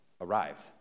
arrived